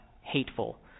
hateful